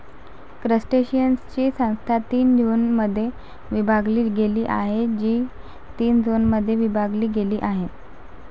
क्रस्टेशियन्सची संस्था तीन झोनमध्ये विभागली गेली आहे, जी तीन झोनमध्ये विभागली गेली आहे